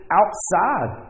outside